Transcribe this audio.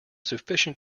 sufficient